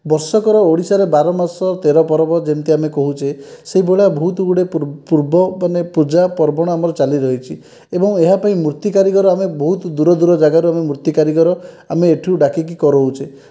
ବର୍ଷକର ଓଡ଼ିଶାରେ ବାରମାସ ତେର ପର୍ବ ଯେମିତି ଆମେ କହୁଛେ ସେହିଭଳିଆ ବହୁତ ଗୁଡ଼ିଏ ପୂର୍ବ ମାନେ ପୂଜା ପର୍ବଣ ଆମର ଚାଲି ରହିଛି ଏବଂ ଏହା ପାଇଁ ମୂର୍ତ୍ତି କାରିଗର ଆମେ ବହୁତ ଦୂର ଦୂର ଜାଗାରୁ ଆମେ ମୂର୍ତ୍ତି କାରିଗର ଆମେ ଏଠୁ ଡାକିକି କରାଉଛେ